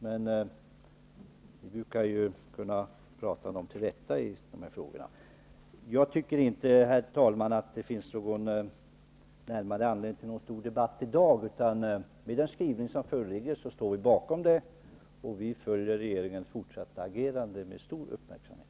Men vi brukar kunna prata dem till rätta i de här frågorna. Jag tycker inte, herr talman, att det finns någon närmare anledning till stor debatt i dag. Vi står bakom den skrivning som föreligger, och vi följer regeringens fortsatta agerande med stor uppmärksamhet.